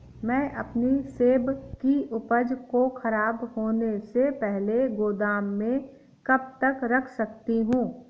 मैं अपनी सेब की उपज को ख़राब होने से पहले गोदाम में कब तक रख सकती हूँ?